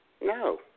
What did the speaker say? no